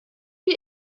wir